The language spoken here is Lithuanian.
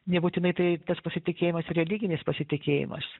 nebūtinai tai tas pasitikėjimas religinis pasitikėjimas